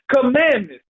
commandments